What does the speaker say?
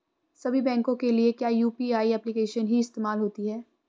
सभी बैंकों के लिए क्या यू.पी.आई एप्लिकेशन ही इस्तेमाल होती है?